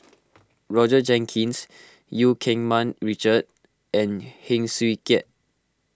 Roger Jenkins Eu Keng Mun Richard and Heng Swee Keat